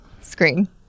screen